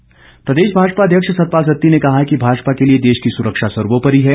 सत्ती प्रदेश भाजपा अध्यक्ष सतपाल सत्ती ने कहा है कि भाजपा के लिए देश की सुरक्षा सर्वोपरि है